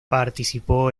participó